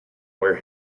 where